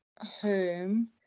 home